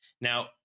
now